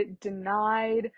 denied